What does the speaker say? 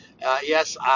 Yes